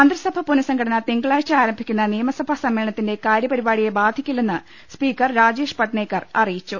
മന്ത്രിസഭാ പുനസംഘടന തിങ്കളാഴ്ച ആരംഭിക്കുന്ന നിയമസഭാ സമ്മേളനത്തിന്റെ കാര്യപരിപാടിയെ ബാധിക്കില്ലെന്ന് സ്പീക്കർ രാജേഷ് പട്നേക്കർ അറിയിച്ചു